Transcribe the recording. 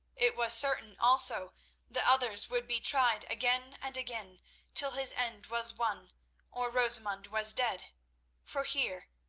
it was certain also that others would be tried again and again till his end was won or rosamund was dead for here,